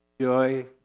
joy